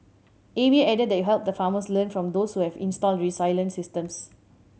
A V A added that it help the farmers learn from those who have installed resilient systems